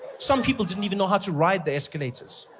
some people didn't even know how to ride the escalators.